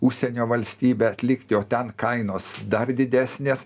užsienio valstybę atlikti o ten kainos dar didesnės